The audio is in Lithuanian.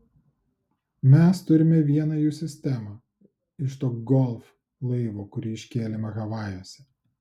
mes turime vieną jų sistemą iš to golf laivo kurį iškėlėme havajuose